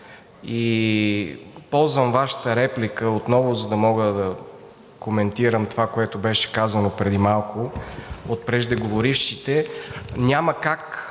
Ползвам Вашата реплика отново, за да мога да коментирам това, което беше казано преди малко от преждеговорившите.